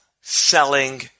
selling